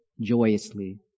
joyously